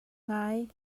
ngai